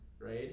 right